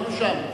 היינו שם,